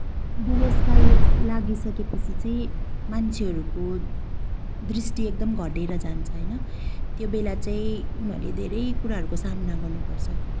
बुढेसकाल लागिसकेपछि चाहिँ मान्छेहरूको दृष्टि एकदम घटेर जान्छ होइन त्यो बेला चाहिँ उनीहरूले धेरै कुराको सामना गर्नुपर्छ